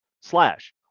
slash